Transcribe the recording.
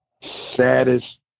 saddest